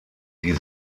die